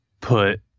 put